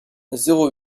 zéro